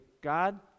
God